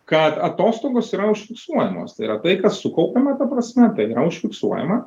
kad atostogos yra užfiksuojamos tai yra tai kas sukaupiama ta prasme tai yra užfiksuojama